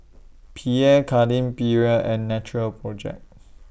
Pierre Cardin Perrier and Natural Project